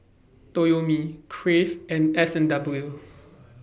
Toyomi Crave and S and W